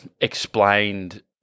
explained